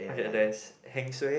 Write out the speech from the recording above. okay there's heng suay